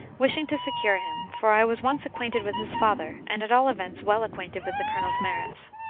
wishing to secure him, for i was once acquainted with his father, and at all events well acquainted with the colonel's merits.